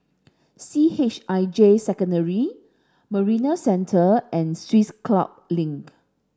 C H I J Secondary Marina Centre and Swiss Club Link